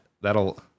That'll